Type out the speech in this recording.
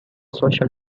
social